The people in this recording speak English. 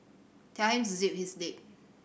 tell him to zip his lip